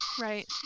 right